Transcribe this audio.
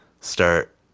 start